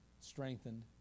strengthened